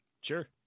Sure